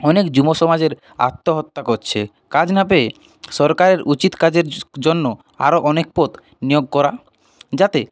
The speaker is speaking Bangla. অনেক যুবসমাজের আত্মহত্যা করছে কাজ না পেয়ে সরকারের উচিৎ কাজের জন্য আরও অনেক পদ নিয়োগ করা যাতে